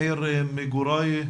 עיר מגורי,